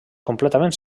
completament